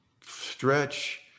stretch